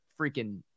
freaking –